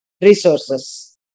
resources